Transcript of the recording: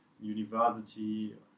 university